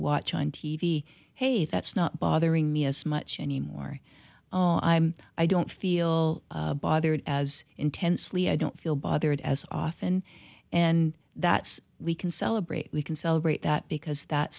watch on t v hey that's not bothering me as much anymore oh i'm i don't feel bothered as intensely i don't feel bothered as often and that we can celebrate we can celebrate that because that